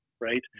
right